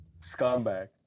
Scumbag